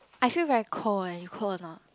I feel very cold leh you cold a not